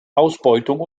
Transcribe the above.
ausbeutung